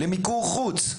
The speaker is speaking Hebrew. למיקור חוץ,